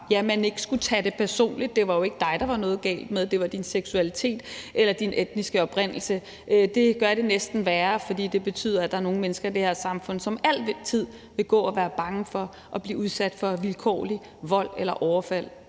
man ikke skulle tage personligt, og at det jo ikke var dig, der var noget galt med – det var din seksualitet eller din etniske oprindelse. Det gør det næsten værre, for det betyder, at der er nogle mennesker i det her samfund, som altid vil gå og være bange for at blive udsat for vilkårlig vold eller overfald,